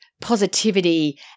positivity